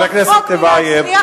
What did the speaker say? חבר הכנסת טיבייב.